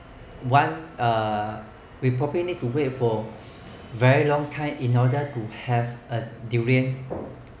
want uh we probably need to wait for very long time in order to have a durian